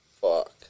Fuck